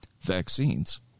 vaccines